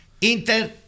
Inter